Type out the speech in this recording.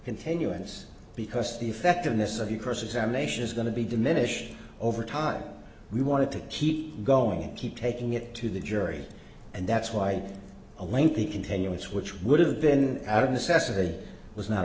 continuance because the effectiveness of the cross examination is going to be diminished over time we want to keep going and keep taking it to the jury and that's why a lengthy continuance which would have been out of necessity was not